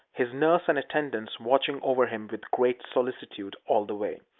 his nurses and attendants watching over him with great solicitude all the way.